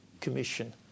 commission